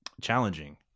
challenging